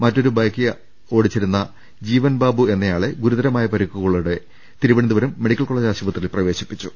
മറ്റൊരു ബൈക്ക് ഓടിച്ചിരുന്ന ജീവൻ ബാബു എന്നയാളെ ഗുരുതരമായ പരിക്കുകളോടെ തിരുവനന്തപുരം മെഡിക്കൽ കോളേജിൽ പ്രവേശിപ്പിച്ചു